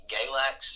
Galax